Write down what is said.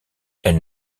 elle